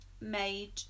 made